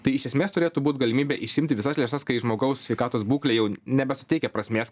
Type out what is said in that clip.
tai iš esmės turėtų būt galimybė išsiimti visas lėšas kai žmogaus sveikatos būklė jau nebesuteikia prasmės